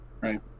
Right